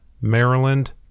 Maryland